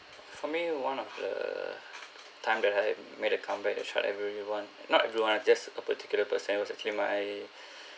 for me one of the time that I made a comeback that shut everyone not everyone just a particular person it was actually my